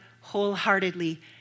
wholeheartedly